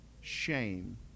shame